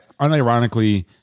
unironically